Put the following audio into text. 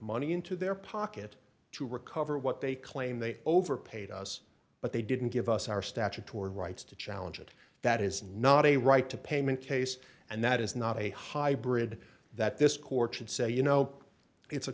money into their pocket to recover what they claim they overpaid us but they didn't give us our statutory rights to challenge it that is not a right to payment case and that is not a hybrid that this court should say you know it's a